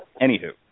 Anywho